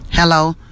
Hello